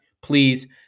Please